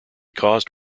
caused